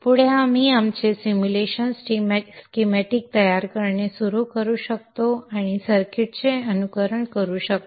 पुढे आपण simulation schematics तयार करणे सुरू करू शकतो आणि सर्किट्सचे अनुकरण करू शकतो